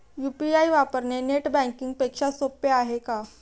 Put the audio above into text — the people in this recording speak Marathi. यु.पी.आय वापरणे नेट बँकिंग पेक्षा सोपे आहे का?